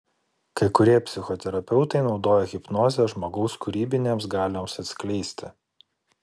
kai kurie psichoterapeutai naudoja hipnozę žmogaus kūrybinėms galioms atskleisti